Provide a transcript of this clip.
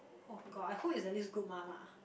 oh god I hope it's at least good Mala